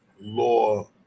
law